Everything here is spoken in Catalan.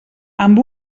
amb